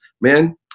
man